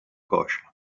cosce